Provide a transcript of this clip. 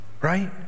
right